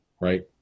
Right